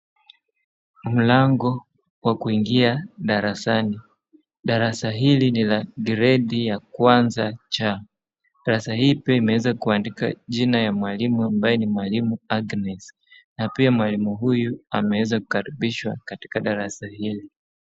Mlango wa kuingia darasani, darasa ili ni la gredi la kwanza C ,darasa ili limeweza kuandika jina la mwalimu ambaye ni mwalimu Agnes, na pia mwalimu huyu ameweza kukaribishwa katika darasa ili.